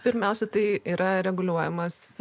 pirmiausia tai yra reguliuojamas